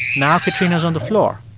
now katrina is on the floor.